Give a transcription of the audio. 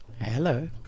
hello